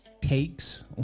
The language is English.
takes